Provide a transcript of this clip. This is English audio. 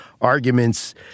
arguments